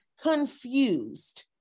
confused